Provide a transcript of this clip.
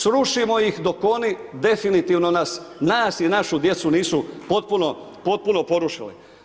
Srušimo ih dok oni definitivno nas i našu djecu nisu potpuno porušili.